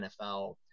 NFL –